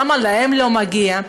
למה להם לא מגיע?